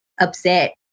upset